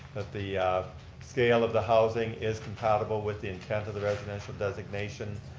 that the scale of the housing is compatible with the intent of the residential designation.